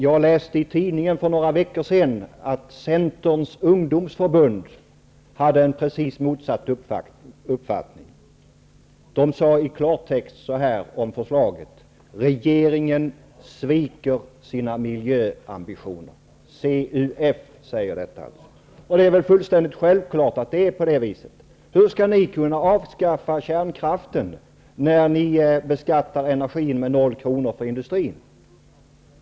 Jag läste i tidningen för några veckor sedan att Centerns ungdomsförbund hade precis motsatt uppfattning. De sade i klartext så här om förslaget: Regeringen sviker sina miljöambitioner. Det är alltså CUF som säger detta. Det är fullständigt självklart att det är på det viset. Hur skall ni kunna avskaffa kärnkraften när ni beskattar energin med noll kronor för industrin?